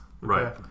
Right